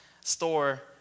store